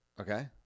Okay